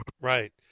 Right